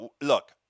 Look